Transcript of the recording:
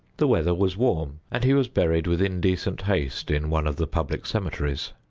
the weather was warm, and he was buried with indecent haste in one of the public cemeteries.